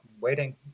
waiting